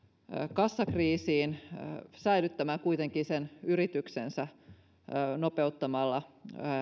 kassakriisiin säilyttämään kuitenkin sen yrityksensä nopeuttamalla